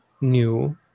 new